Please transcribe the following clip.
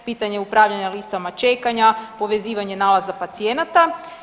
Pitanje upravljanja listama čekanja, povezivanje nalaza pacijenata.